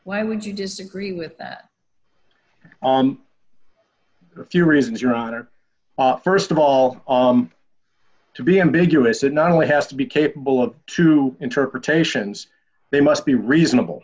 why would you disagree with that on the few reasons your honor st of all to be ambiguous and not only has to be capable of two interpretations they must be reasonable